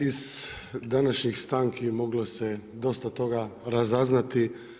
Iz današnjih stanki, moglo se je dosta toga razaznati.